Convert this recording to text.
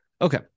okay